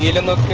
in a